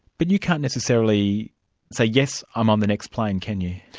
but you can't necessarily say yes, i'm on the next plane', can you?